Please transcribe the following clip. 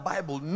Bible